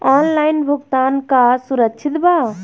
Online भुगतान का सुरक्षित बा?